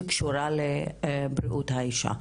שקשורה לבריאות האישה.